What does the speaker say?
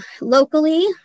locally